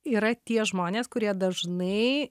yra tie žmonės kurie dažnai